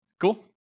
Cool